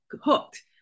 hooked